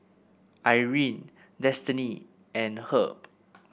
Irene Destiney and Herb